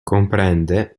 comprende